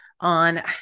on